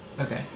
okay